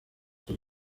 icyo